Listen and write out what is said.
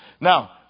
Now